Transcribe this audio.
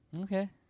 Okay